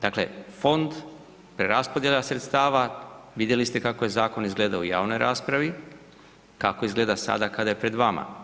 Dakle, fond, preraspodjela sredstava, vidjeli ste kako je zakon izgledao u javnoj raspravi, kako izgleda sada kada je pred vama.